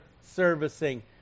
servicing